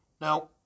Now